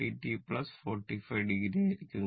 07 sin 40 t 45o ആയിരിക്കുന്നത്